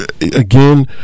again